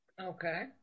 okay